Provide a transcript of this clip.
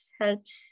helps